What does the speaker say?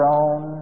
own